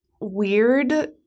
weird